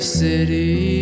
city